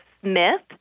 Smith